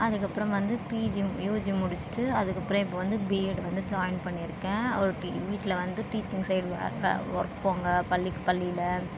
அதுக்கு அப்புறம் வந்து பிஜி யுஜி முடிச்சிட்டு அதுக்கு அப்புறம் இப்போ வந்து பிஎட் வந்து ஜாயின் பண்ணியிருக்கேன் ஒரு டீ வீட்டில் வந்து டீச்சிங் சைடு வெ வெ ஒர்க் போங்க பள்ளிக் பள்ளியில்